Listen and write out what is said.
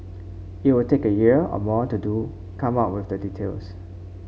it will take a year or more to do come up with the details